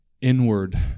inward